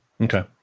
Okay